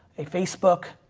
a facebook.